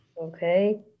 Okay